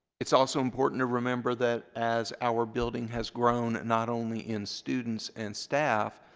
it's also important to remember that as our building has grown not only in students and staff,